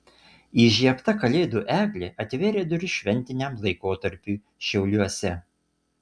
įžiebta kalėdų eglė atvėrė duris šventiniam laikotarpiui šiauliuose